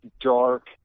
dark